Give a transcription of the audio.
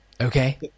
okay